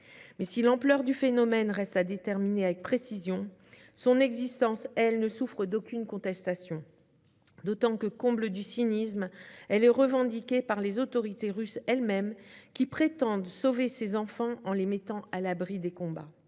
si l'ampleur du phénomène reste à déterminer avec précision, son existence ne souffre d'aucune contestation ; d'autant que, comble du cynisme, ces déportations sont revendiquées par les autorités russes elles-mêmes, qui prétendent sauver ces enfants en les mettant à l'abri des combats.